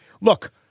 Look